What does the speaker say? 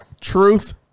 truth